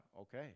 Okay